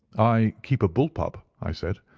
i keep a bull pup, i said,